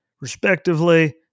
respectively